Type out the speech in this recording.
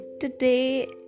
today